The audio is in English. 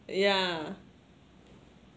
yeah